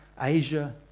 Asia